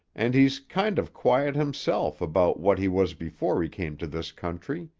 and he's kind of quiet himself about what he was before he came to this country.